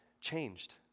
changed